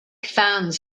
fans